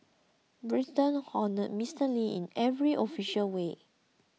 Britain honoured Mister Lee in every official way